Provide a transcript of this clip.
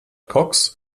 cox